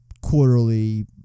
quarterly